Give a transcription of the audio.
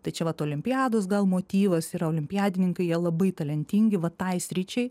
tai čia vat olimpiados gal motyvas yra olimpiadininkai jie labai talentingi va tai sričiai